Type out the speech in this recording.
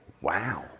Wow